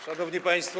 Szanowni Państwo!